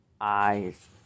eyes